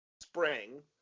spring